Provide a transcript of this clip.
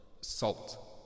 Salt